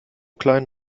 klein